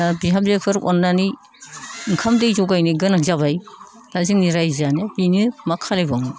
दा बिहामजोफोर अननानै ओंखाम दै जगायनो गोनां जाबाय दा जोंनि रायजोआनो बेनो मा खालामबावनो